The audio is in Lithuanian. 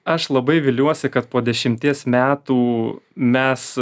aš labai viliuosi kad po dešimties metų mes